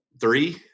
three